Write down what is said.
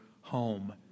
home